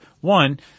One